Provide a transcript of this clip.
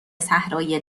صحرای